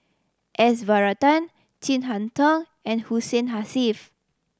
S Varathan Chin Harn Tong and Hussein